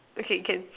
okay can